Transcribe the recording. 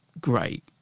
great